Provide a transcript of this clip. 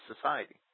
society